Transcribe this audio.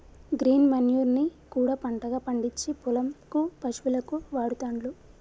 green manure ని కూడా పంటగా పండిచ్చి పొలం కు పశువులకు వాడుతాండ్లు